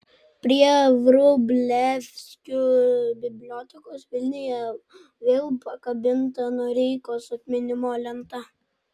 prie vrublevskių bibliotekos vilniuje vėl pakabinta noreikos atminimo lenta